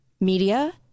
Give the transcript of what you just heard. media